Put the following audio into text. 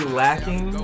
lacking